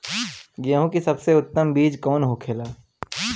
गेहूँ की सबसे उत्तम बीज कौन होखेला?